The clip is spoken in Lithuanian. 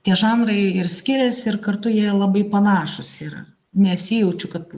tie žanrai ir skiriasi ir kartu jie labai panašūs yra nesijaučiu kad